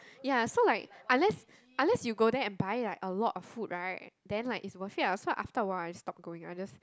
ya so like unless unless you go there and buy like a lot of food right then like it's worth it ah so after awhile I just stopped going I just